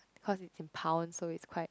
cause it's in pound so it's quite